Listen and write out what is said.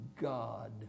God